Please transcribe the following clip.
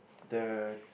the